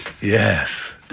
yes